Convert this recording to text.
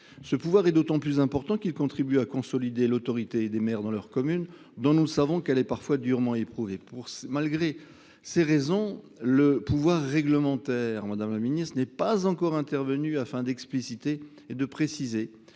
Ce pouvoir est d’autant plus important qu’il contribue à consolider l’autorité des maires dans leur commune, dont nous savons qu’elle est parfois durement éprouvée. Malgré ces raisons, le pouvoir réglementaire n’est pas encore intervenu afin d’expliciter et de préciser